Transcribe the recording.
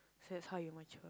so it's how you mature